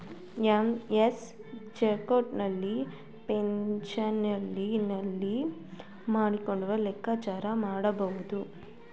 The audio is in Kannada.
ಎಂ.ಎಸ್ ಎಕ್ಸೆಲ್ ನಲ್ಲಿ ಫೈನಾನ್ಸಿಯಲ್ ನಲ್ಲಿ ಮಾಡ್ಲಿಂಗ್ ಲೆಕ್ಕಾಚಾರ ಮಾಡಬಹುದು